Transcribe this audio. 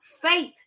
faith